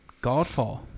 godfall